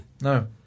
No